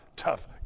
tough